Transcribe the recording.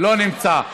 לא נמצא,